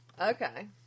okay